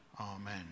Amen